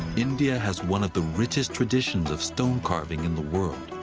india has one of the richest traditions of stone carving in the world.